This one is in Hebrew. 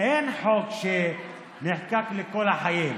אין חוק שנחקק לכל החיים,